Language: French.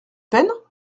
peine